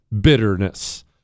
bitterness